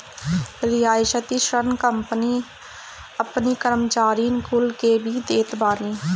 रियायती ऋण कंपनी अपनी कर्मचारीन कुल के भी देत बानी